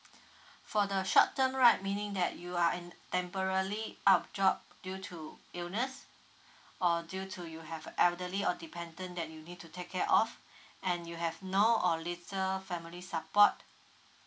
for the short term right meaning that you are in temporally out of job due to illness or due to you have elderly or dependent that you need to take care of and you have no or little family support